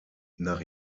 nach